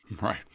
right